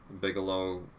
Bigelow